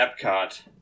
Epcot